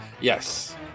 Yes